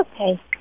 okay